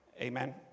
amen